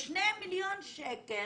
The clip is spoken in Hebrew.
ו-2 מיליון שקל,